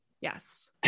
Yes